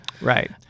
Right